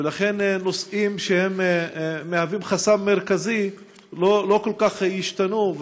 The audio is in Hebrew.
ולכן נושאים שהם חסם מרכזי לא כל כך השתנו,